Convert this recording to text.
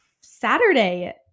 Saturday